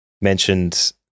mentioned